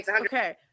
okay